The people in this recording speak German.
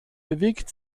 bewegt